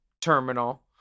terminal